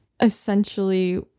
essentially